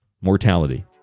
mortality